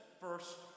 first